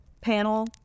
panel